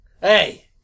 Hey